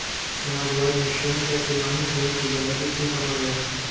समाजवाद में श्रम चेक को मानव श्रम की बर्बादी क्यों कहा गया?